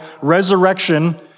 resurrection